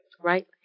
Right